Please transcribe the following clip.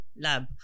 lab